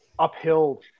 uphill